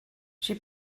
she